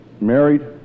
married